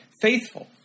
faithful